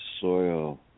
soil